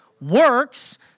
Works